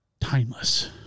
timeless